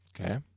Okay